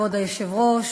כבוד היושב-ראש,